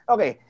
Okay